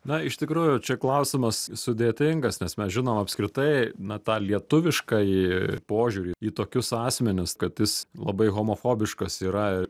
na iš tikrųjų čia klausimas sudėtingas nes mes žinom apskritai na tą lietuviškąjį požiūrį į tokius asmenis kad jis labai homofobiškas yra